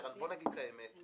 בואו נגיד את האמת: